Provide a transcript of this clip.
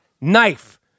knife